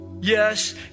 Yes